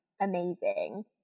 amazing